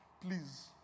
Please